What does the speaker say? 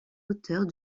auteurs